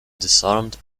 disarmed